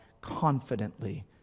confidently